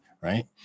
right